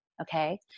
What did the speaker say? Okay